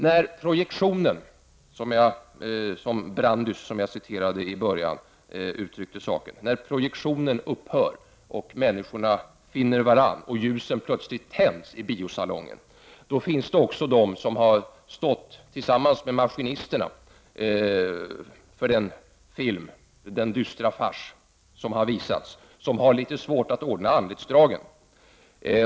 När projektionen, som Brandys, som jag hänvisade till, uttryckte saken, upphör och människorna finner varandra och ljusen plötsligt tänds i biosalongen, då finns det också de som har stått tillsammans med maskinisterna för den film, den dystra fars, som har visats och som har litet svårt att ordna anletsdragen.